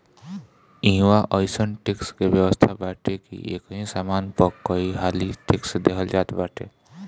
इहवा अइसन टेक्स के व्यवस्था बाटे की एकही सामान पअ कईहाली टेक्स देहल जात बाटे